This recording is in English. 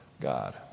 God